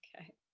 Okay